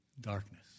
darkness